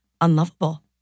unlovable